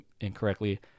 incorrectly